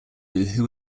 who